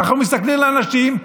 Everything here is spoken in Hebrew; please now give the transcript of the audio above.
אנחנו מסתכלים על אנשים,